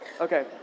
Okay